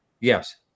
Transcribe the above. Yes